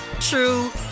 true